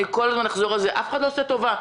כל הזמן אחזור על זה: אף אחד לא עושה טובה.